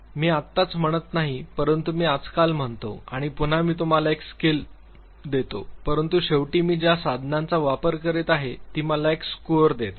तर मी आत्ताच म्हणत नाही परंतु मी आजकाल म्हणतो आणि पुन्हा मी तुम्हाला एक स्केल देतो परंतु शेवटी मी ज्या साधनाचा वापर करीत आहे ती मला एक स्कोअर देते